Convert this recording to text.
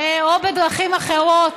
או בדרכים אחרות